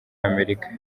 amerika